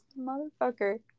motherfucker